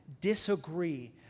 disagree